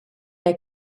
der